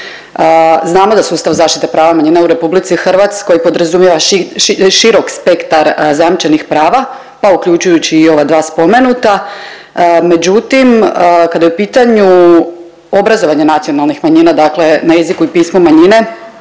Znamo da sustav zaštite prava manjina u RH podrazumijeva širok spektar zajamčenog prava pa uključujući i ova dva spomenuta, međutim kada je u pitanju obrazovanje nacionalnih manjina, dakle na jeziku i pismu manjine